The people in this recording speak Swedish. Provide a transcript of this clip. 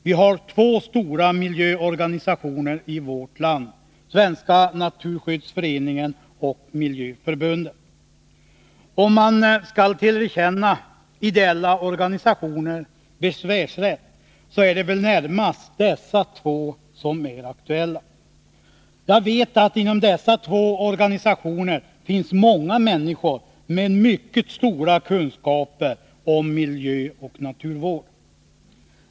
Vi har två stora miljöorganisationer i vårt land: Svenska naturskyddsföreningen och Miljöförbundet. Om man skall tillerkänna några ideella organisationer besvärsrätt, så är det väl närmast dessa två som är aktuella. Jag vet att det inom dessa två organisationer finns många människor med mycket stora kunskaper om miljöoch naturvård.